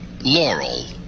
Laurel